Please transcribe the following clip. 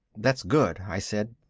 that's good, i said.